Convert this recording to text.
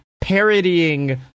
parodying